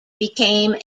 became